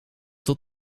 tot